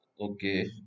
okay